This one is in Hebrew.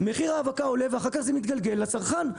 מחיר האבקה עולה ואחר כך זה מתגלגל לצרכן.